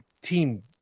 team